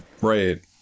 right